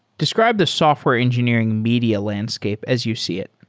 describe the software engineering media landscape as you see it.